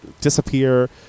disappear